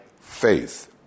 faith